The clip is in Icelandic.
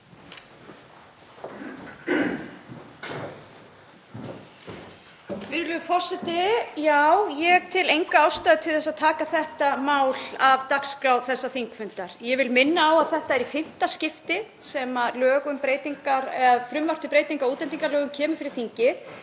Virðulegi forseti. Ég tel enga ástæðu til að taka þetta mál af dagskrá þessa þingfundar. Ég vil minna á að þetta er í fimmta skipti sem frumvarp til breytinga á útlendingalögum kemur fyrir þingið